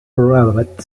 robot